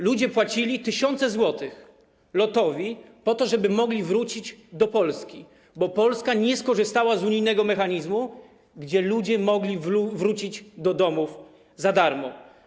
Ludzie płacili tysiące złotych LOT-owi, żeby mogli wrócić do Polski, bo Polska nie skorzystała z unijnego mechanizmu, w przypadku którego ludzie mogli wrócić do domów za darmo.